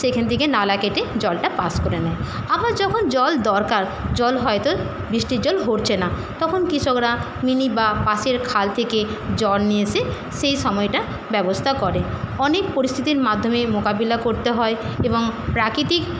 সেখান থেকে নালা কেটে জলটা পাস করে নেয় আবার যখন জল দরকার জল হয়তো বৃষ্টির জল হচ্ছে না তখন কৃষকরা মিনি বা পাশের খাল থেকে জল নিয়ে এসে সেই সময়টা ব্যবস্থা করে অনেক পরিস্থিতির মাধ্যমে মোকাবিলা করতে হয় এবং প্রাকৃতিক